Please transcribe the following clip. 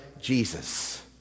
Jesus